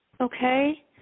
Okay